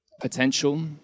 potential